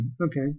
Okay